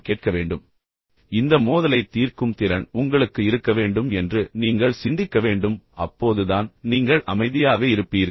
மோதல்கள் இல்லை என்றால் நான் அமைதியாக இருப்பேன் என்று நினைப்பதற்குப் பதிலாக இந்த மோதலை தீர்க்கும் திறன் உங்களுக்கு இருக்க வேண்டும் என்று நீங்கள் சிந்திக்க வேண்டும் அப்போதுதான் நீங்கள் அமைதியாக இருப்பீர்கள்